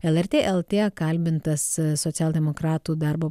lrt lt kalbintas socialdemokratų darbo